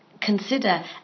consider